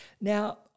Now